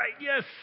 yes